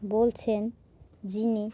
বলছেন যিনি